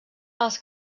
els